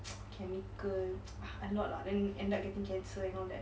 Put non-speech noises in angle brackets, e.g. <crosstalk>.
<noise> chemical <noise> a lot lah then end up getting cancer and all that